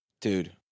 Dude